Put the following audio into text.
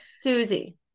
Susie